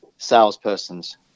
Salesperson's